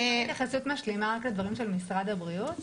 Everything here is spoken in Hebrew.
אפשר התייחסות משלימה רק לדברים של משרד הבריאות?